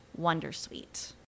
wondersuite